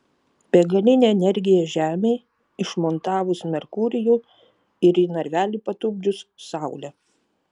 begalinė energija žemei išmontavus merkurijų ir į narvelį patupdžius saulę